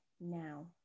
now